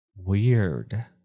weird